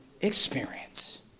experience